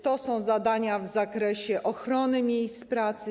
To są zadania w zakresie ochrony miejsc pracy.